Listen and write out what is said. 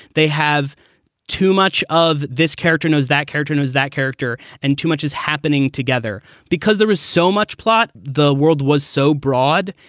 they have too much of this character, knows that character, knows that character, and too much is happening together because there is so much plot. the world was so broad.